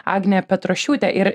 agne petrošiūte ir